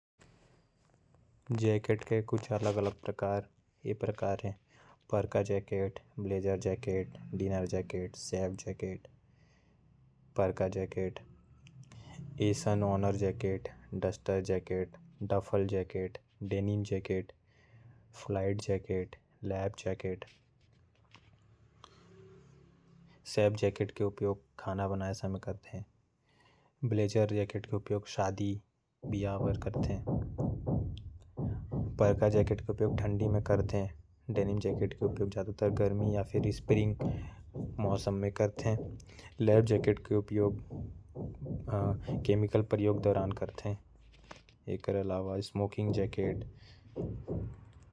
जैकेट के कुछ अलग अलग प्रकार ये टाइप के हैं। Parka jacket, blazer jacket, classic jacket. Chef jacket, denim jacket, lab jacket. Chef jacket के खाना बनाए समय करते। लैब में काम करे के समय एकर इस्तेमाल करते। ब्लैजर के इस्तेमाल शादी पार्टी में जाए के काम आएल।